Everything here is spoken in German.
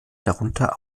darunter